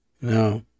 No